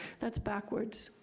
that's backwards.